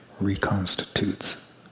reconstitutes